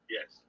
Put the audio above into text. Yes